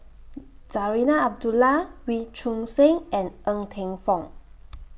Zarinah Abdullah Wee Choon Seng and Ng Teng Fong